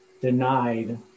denied